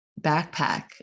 backpack